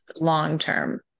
long-term